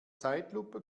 zeitlupe